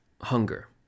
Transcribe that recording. hunger